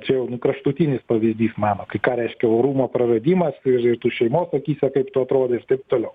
čia jau nu kraštutinis pavyzdys mano kai ką reiškia orumo praradimas ir ir tu šeimos akyse kaip tu atrodai ir taip toliau